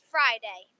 Friday